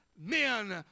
men